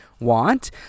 Want